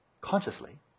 consciously